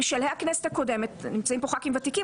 בשלהי הכנסת הקודמת נמצאים כאן חברי כנסת ותיקים